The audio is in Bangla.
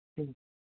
হুম